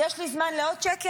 יש לי זמן לעוד שקר?